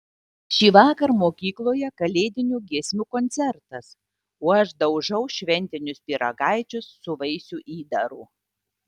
šįvakar mokykloje kalėdinių giesmių koncertas o aš daužau šventinius pyragaičius su vaisių įdaru